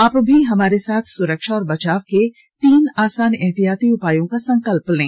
आप भी हमारे साथ सुरक्षा और बचाव के तीन आसान एहतियाती उपायों का संकल्प लें